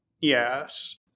Yes